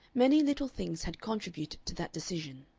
many little things had contributed to that decision.